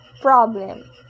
problem